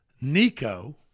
Nico